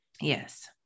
Yes